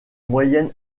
moyenne